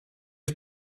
was